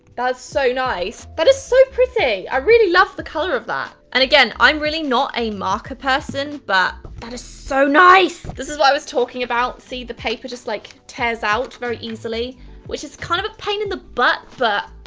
that's so nice. that is so pretty. i really love the color of that. and again, i'm really not a marker person, but that is so nice. this is what i was talking about, see, the paper just like, tears out very easily which is kind of a pain in the butt but.